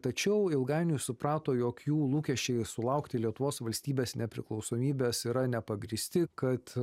tačiau ilgainiui suprato jog jų lūkesčiai sulaukti lietuvos valstybės nepriklausomybės yra nepagrįsti kad